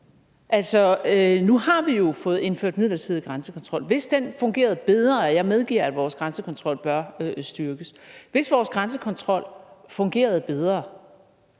Nu har vi jo fået indført midlertidig grænsekontrol. Hvis den fungerede bedre – og jeg medgiver, at vores grænsekontrol bør styrkes – ville det så ikke være en bedre